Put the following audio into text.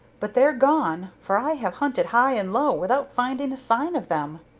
but they're gone, for i have hunted high and low without finding a sign of them.